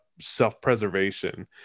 self-preservation